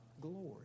glory